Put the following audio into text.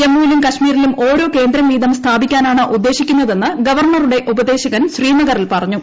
ജമ്മുവിലും കാശ്മീരിലും ഓരോ കേന്ദ്രം വീതം സ്ഥാപിക്കാനാണ് ഉദ്ദേശിക്കുന്നതെന്ന് ഗവർണറുടെ ഉപദേശകൻ ശ്രീനഗറിൽ പറഞ്ഞു